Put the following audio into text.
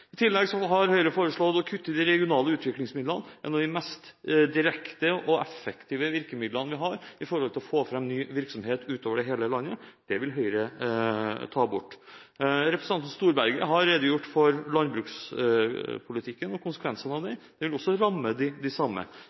I tillegg har Høyre foreslått å kutte i de regionale utviklingsmidlene, et av de mest direkte og effektive virkemidlene vi har for å få fram ny virksomhet over hele landet. Det vil Høyre ta bort. Representanten Storberget har redegjort for landbrukspolitikken og konsekvensene av den. Det vil også ramme de samme.